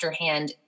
afterhand